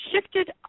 shifted